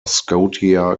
scotia